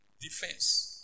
defense